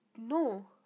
no